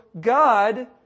God